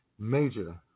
major